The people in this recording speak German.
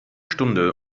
stunde